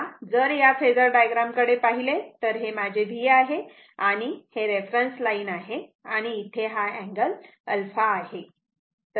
तेव्हा जर या फेजर डायग्राम कडे पाहिले तर हे माझे V आहे आणि हे रेफरन्स लाईन आहे आणि इथे हा अँगल α आहे